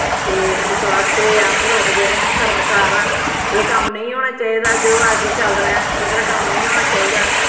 ते इस आस्तै अस लोक जेह्ड़े आं शर्मसार आं एह् कम्म नेईं होना चाहिदा जो अज्ज चला'रदा ऐ एह्कड़ा कम्म नेईं होना चाहिदा